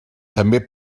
també